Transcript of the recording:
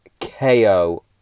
KO